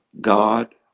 God